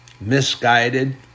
misguided